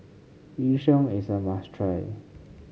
Yu Sheng is a must try